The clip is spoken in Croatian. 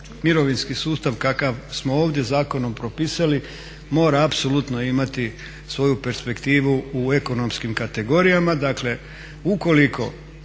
mirovinski sustav kakav smo ovdje zakonom propisali, mora apsolutno imati svoju perspektivu u ekonomskim kategorijama.